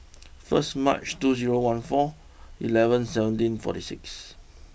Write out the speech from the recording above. first March two zero one four eleven seventeen forty six